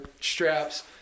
straps